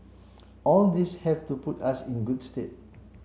all these have to put us in good stead